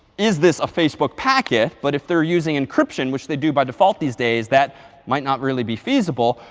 is this a facebook packet? but if they're using encryption, which they do by default these days, that might not really be feasible.